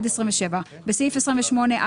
עד 27. בסעיף 28א,